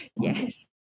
Yes